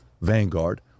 Vanguard